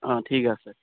অঁ ঠিক আছে